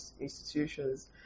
institutions